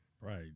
Right